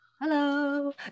hello